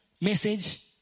Message